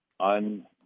on